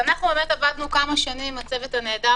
אנחנו באמת עבדנו כמה שנים בצוות הנהדר